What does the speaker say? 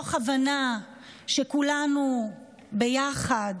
מתוך הבנה שכולנו ביחד